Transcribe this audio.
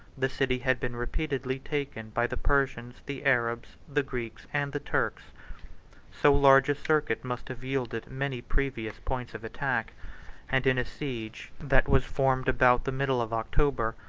the city had been repeatedly taken by the persians, the arabs, the greeks, and the turks so large a circuit must have yielded many pervious points of attack and in a siege that was formed about the middle of october,